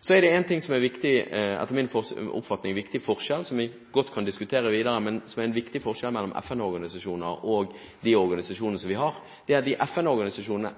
Så er det etter min oppfatning en viktig forskjell, og som vi godt kan diskutere videre. Det er en viktig forskjell mellom FN-organisasjoner og de organisasjonene som vi har, det er at de FN-organisasjonene